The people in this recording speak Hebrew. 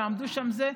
ועמדו שם זה,